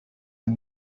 أين